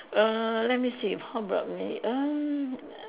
err let me see how about me erm